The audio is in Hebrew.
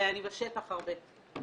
ואני בשטח הרבה.